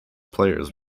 players